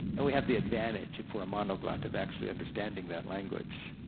and we have the advantage, if we're a monoglot, of actually understanding that language.